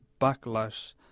backlash